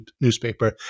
newspaper